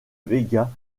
vega